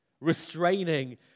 restraining